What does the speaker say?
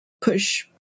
push